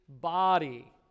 body